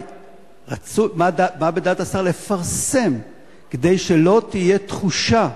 מה בדעת השר לפרסם כדי שלא תהיה תחושה